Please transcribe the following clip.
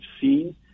seen